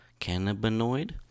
Cannabinoid